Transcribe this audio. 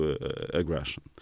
aggression